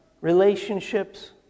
relationships